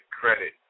credit